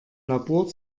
labor